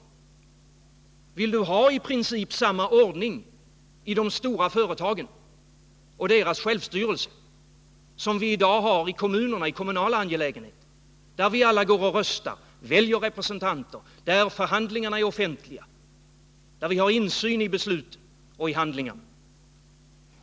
Vill du ha i princip samma ordning i de stora företagens självstyrelse som vi i dag har i kommunala angelägenheter? På det området går vi alla och röstar för att välja våra representanter, och förhandlingarna är offentliga, så att vi har insyn i besluten och i handlingarna.